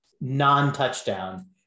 non-touchdown